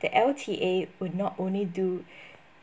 the L_T_A would not only do